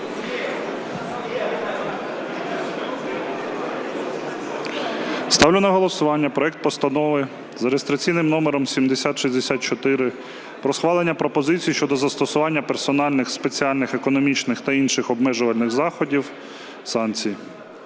Ставлю на голосування проект Постанови за реєстраційним номером 7064 про схвалення пропозицій щодо застосування персональних спеціальних економічних та інших обмежувальних заходів (санкцій).